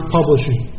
Publishing